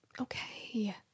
Okay